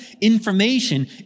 information